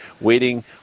waiting